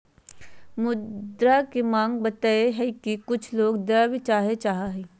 मुद्रा के माँग बतवय हइ कि लोग कुछ द्रव्य काहे चाहइ हइ